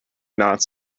not